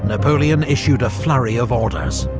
napoleon issued a flurry of orders